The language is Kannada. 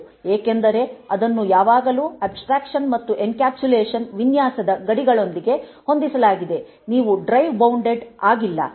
ಏಕೆಂದರೆ ಅದನ್ನು ಯಾವಾಗಲೂ ಅಬ್ಸ್ತ್ರಾಕ್ಷನ್ ಮತ್ತು ಎನ್ಕ್ಯಾಪ್ಸುಲೇಷನ್ ವಿನ್ಯಾಸದ ಗಡಿಗಳೊಂದಿಗೆ ಹೊಂದಿಸಲಾಗಿದೆ ನೀವು ಡ್ರೈವ್ ಬೌಂಡೆಡ್ ಆಗಿಲ್ಲ